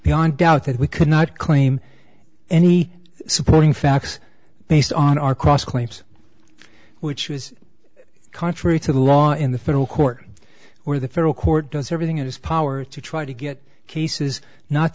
beyond doubt that we cannot claim any supporting facts based on our cross claims which was contrary to the law in the federal court or the federal court does everything in its power to try to get cases not